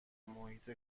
محیط